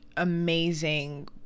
amazing